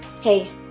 Hey